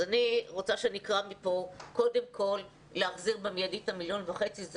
אז אני רוצה שנקרא מפה קודם כל להחזיר במיידי את ה-1,500,000.